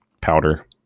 powder